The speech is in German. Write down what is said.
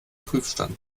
prüfstand